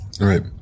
Right